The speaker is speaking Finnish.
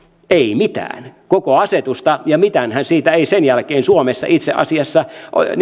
ei mitään koko asetusta ja mitään siitä ei sen jälkeen suomessa itse asiassa